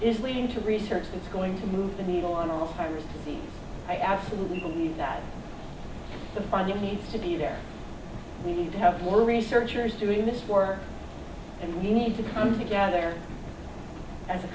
is leading to research that's going to move the needle on all of the i absolutely believe that the funding needs to be there we need to have more researchers doing this work and we need to come together as a